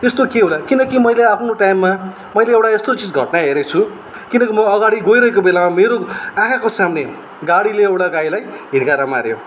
त्यस्तो के होला किनकि मैले आफ्नो टाइममा मैले एउटा यस्तो चिज घटना हेरेको छु किनकि म अगाडि गइरहेको बेला मेरो आँखाको सामने गाडीले एउटा गाईलाई हिर्काएर माऱ्यो